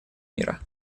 мира